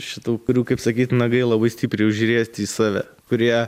šitų kurių kaip sakyt nagai labai stipriai užriesti į save kurie